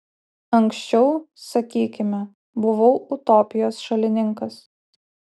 anksčiau sakykime buvau utopijos šalininkas